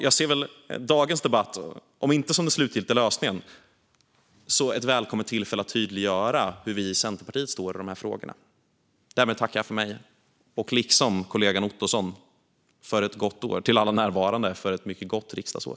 Jag ser dagens debatt om inte som den slutliga lösningen så åtminstone som ett välkommet tillfälle att tydliggöra var vi i Centerpartiet står i de här frågorna. Därmed tackar jag för mig och tackar, liksom kollegan Ottosson, alla närvarande för ett mycket gott riksdagsår.